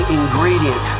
ingredient